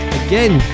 again